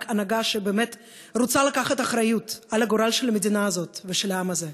רק הנהגה שבאמת רוצה לקחת אחריות לגורל של המדינה הזאת ושל העם הזה,